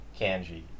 kanji